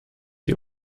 ihr